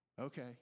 okay